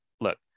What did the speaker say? look